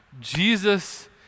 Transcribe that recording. Jesus